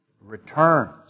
Returns